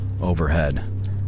overhead